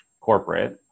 corporate